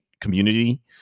community